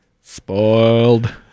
spoiled